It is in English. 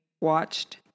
watched